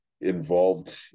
involved